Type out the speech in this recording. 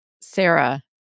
Sarah